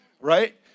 Right